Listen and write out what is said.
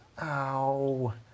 ow